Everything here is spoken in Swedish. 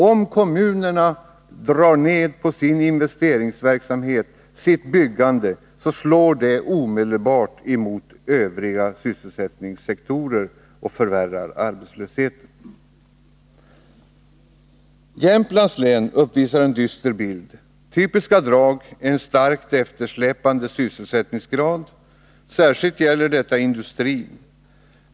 Om kommunerna drar ned på sin investeringsverksamhet och sitt byggande, slår det omedelbart mot övriga sysselsättningssektorer och förvärrar arbetslösheten. Jämtlands län uppvisar en dyster bild. Ett typiskt drag är en starkt eftersläpande sysselsättningsgrad. Detta gäller särskilt industrin.